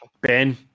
Ben